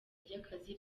ry’akazi